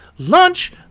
Lunch